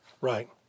Right